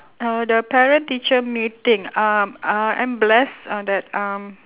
uh the parent teacher meeting um I am blessed uh that um